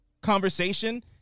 conversation